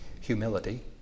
Humility